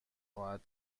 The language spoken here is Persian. خواهد